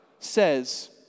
Says